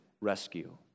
rescue